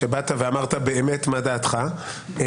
שבאת ואמרת באמת מה דעתך,